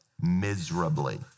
miserably